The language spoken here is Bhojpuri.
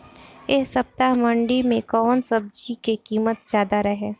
एह सप्ताह मंडी में कउन सब्जी के कीमत ज्यादा रहे?